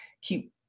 keep